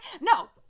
no